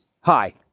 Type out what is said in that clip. Hi